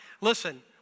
Listen